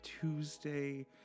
Tuesday